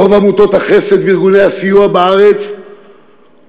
רוב עמותות החסד וארגוני הסיוע בארץ הוקמו